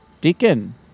Deacon